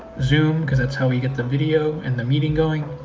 zoom, cause that's how we get the video and the meeting going.